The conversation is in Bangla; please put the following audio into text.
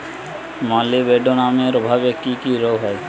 মলিবডোনামের অভাবে কি কি রোগ হয়?